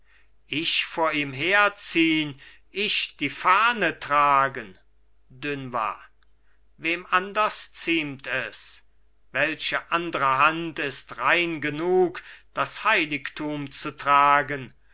ich vor ihm herziehn ich die fahne tragen dunois wem anders ziemt es welche andre hand ist rein genug das heiligtum zu tragen